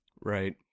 right